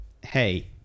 hey